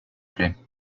plait